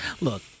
look